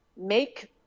make